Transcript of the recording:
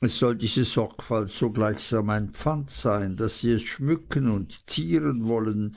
es soll diese sorgfalt so gleichsam ein pfand sein daß sie es schmücken und zieren wollen